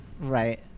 right